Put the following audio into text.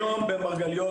היום במרגליות,